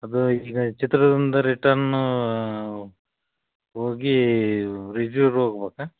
ಅದು ಈಗ ಚಿತ್ರದುರ್ಗದಿಂದ ರಿಟರ್ನೂ ಹೋಗೀ ಹೋಗ್ಬೇಕ